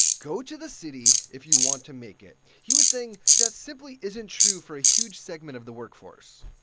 go to the city if you want to make it. he was saying that simply isn't true for a huge segment of the workforce.